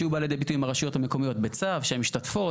שבא לידי ביטוי עם הרשויות המקומיות בצו: שהן משתתפות,